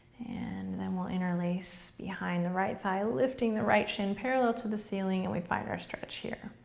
and then we'll interlace behind the right thigh, lifting the right shin parallel to the ceiling and we find our stretch here.